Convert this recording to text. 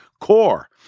core